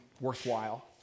worthwhile